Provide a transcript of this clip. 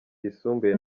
yisumbuye